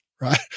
right